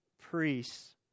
priests